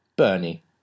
Bernie